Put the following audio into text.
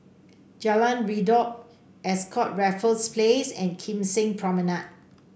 Jalan Redop Ascott Raffles Place and Kim Seng Promenade